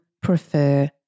prefer